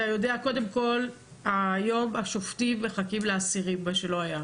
היום השופטים מחכים לאסירים, מה שלא היה.